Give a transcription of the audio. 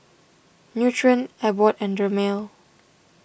Nutren Abbott and Dermale